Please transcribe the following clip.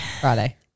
Friday